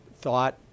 thought